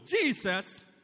Jesus